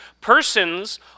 Persons